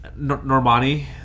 Normani